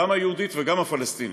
גם היהודית וגם הפלסטינית.